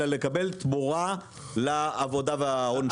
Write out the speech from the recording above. אלא לקבל תמורה על העבודה שלהם.